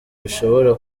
bishobora